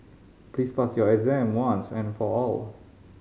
please pass your exam once and for all